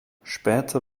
später